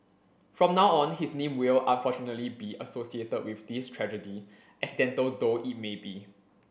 from now on his name will unfortunately be associated with this tragedy accidental though it may be